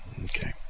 Okay